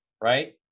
Right